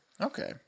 Okay